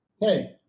Hey